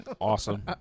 Awesome